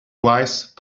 wise